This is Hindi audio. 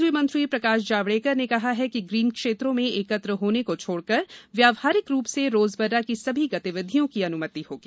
केन्द्रीय मंत्री प्रकाश जावडेकर ने कहा कि ग्रीन क्षेत्रों में एकत्र होने को छोडकर व्यवहारिक रूप से रोजमर्रा की सभी गतिविधियों की अन्मति होगी